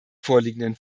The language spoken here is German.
vorliegenden